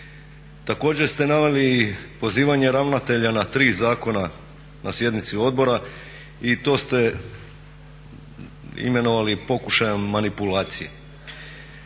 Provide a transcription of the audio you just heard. Također ste naveli i pozivanje ravnatelja na tri zakona na sjednici odbora i to ste imenovali pokušajem manipulacije.